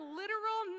literal